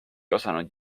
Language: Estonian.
osanud